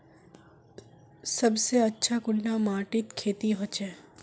सबसे अच्छा कुंडा माटित खेती होचे?